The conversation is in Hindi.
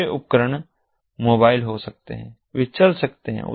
ये उपकरण मोबाइल हो सकते हैं वे चल सकते हैं